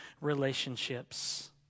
relationships